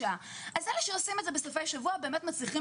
אלה שעושים את זה בסופי שבוע באמת מצליחים